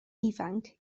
ifanc